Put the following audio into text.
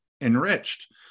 enriched